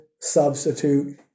substitute